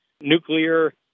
nuclear